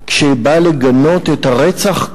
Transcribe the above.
כשבא לגנות את הרצח,